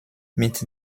mit